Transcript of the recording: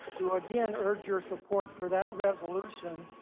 to again urge your support for that resolution,